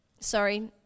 Sorry